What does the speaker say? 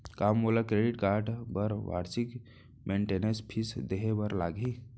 का मोला credit card बर वार्षिक मेंटेनेंस फीस देहे बर लागही?